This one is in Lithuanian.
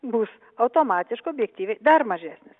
bus automatiškai objektyviai dar mažesnis